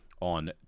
on